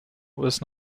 was